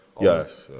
Yes